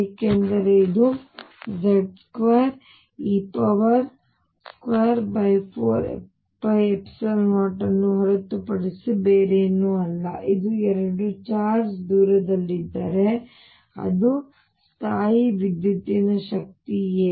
ಏಕೆಂದರೆ ಇದು Z2e24π0 ಅನ್ನು ಹೊರತುಪಡಿಸಿ ಬೇರೇನೂ ಅಲ್ಲ ಇದು 2 ಚಾರ್ಜ್ ದೂರದಲ್ಲಿ ಇದ್ದರೆ ಅದು ಸ್ಥಾಯೀವಿದ್ಯುತ್ತಿನ ಶಕ್ತಿ a